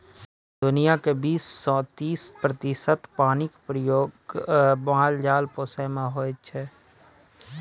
दुनियाँक बीस सँ तीस प्रतिशत पानिक प्रयोग माल जाल पोसय मे खरचा होइ छै